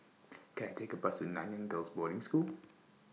Can I Take A Bus to Nanyang Girls' Boarding School